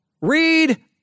Read